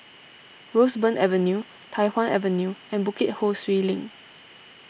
Roseburn Avenue Tai Hwan Avenue and Bukit Ho Swee Link